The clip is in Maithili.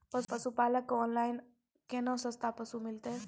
पशुपालक कऽ ऑनलाइन केना सस्ता पसु मिलतै?